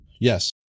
yes